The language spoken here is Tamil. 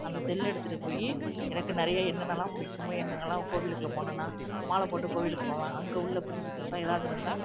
அந்த செல்லை எடுத்துட்டு போய் எனக்கு நிறைய என்னென்னலாம் பிடிக்குமோ எங்கெங்கலாம் கோவிலுக்குள்ளே போனன்னா மாலை போட்டு கோவிலுக்கு போவேன் அங்கே உள்ள புதுசு புதுசாக எதாவது இருந்தால்